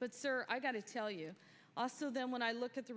but sir i've got to tell you also then when i look at the